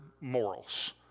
morals